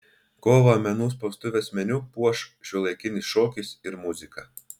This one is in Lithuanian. kovą menų spaustuvės meniu puoš šiuolaikinis šokis ir muzika